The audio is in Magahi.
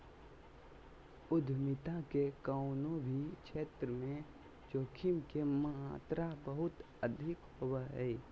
उद्यमिता के कउनो भी क्षेत्र मे जोखिम के मात्रा बहुत अधिक होवो हय